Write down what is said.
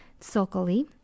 sulkily